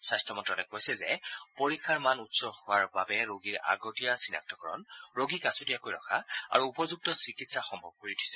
স্বাস্থ্য মন্তালয়ে কৈছে যে পৰীক্ষাৰ মান উচ্চ হোৱাৰ বাবে ৰোগৰ আগতীয়া চিনাক্তকৰণ ৰোগীক আছুতীয়াকৈ ৰখা আৰু উপযুক্ত চিকিৎসা সম্ভৱ হৈ উঠিছে